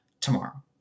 tomorrow